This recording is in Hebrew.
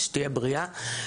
שתהיה בריאה.